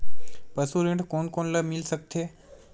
पशु ऋण कोन कोन ल मिल सकथे?